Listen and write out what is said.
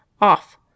Off